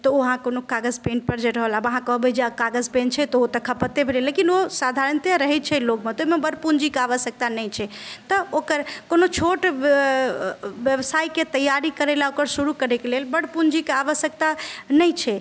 तऽ अहाँ कोनो कागज पेनपर जे रहल आब अहाँ कहबइ जे कागज पेन छै तऽ ओ तऽ खपते भेलय लेकिन ओ साधारणतया रहय छै लगमे तैमे बड्ड पूँजीके आवश्यकता नहि छै तऽ ओकर कोनो छोट व्यवसायके तैयारी करय लए ओकर शुरू करयके लेल बड्ड पूँजीके आवश्यकता नहि छै